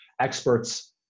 experts